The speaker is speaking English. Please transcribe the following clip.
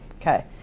Okay